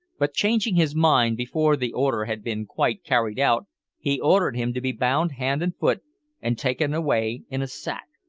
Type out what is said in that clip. but, changing his mind before the order had been quite carried out he ordered him to be bound hand and foot and taken away in a sack.